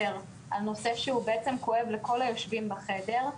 על נושא שבעצם כואב לכל היושבים בחדר,